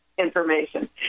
Information